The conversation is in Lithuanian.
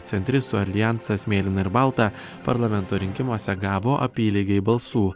centristų aljansas mėlyna ir balta parlamento rinkimuose gavo apylygiai balsų